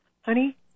honey